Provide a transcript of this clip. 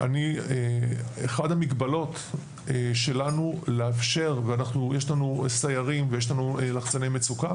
אחת המגבלות שלנו לאפשר ויש לנו סיירים ויש לנו לחצני מצוקה